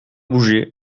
bouger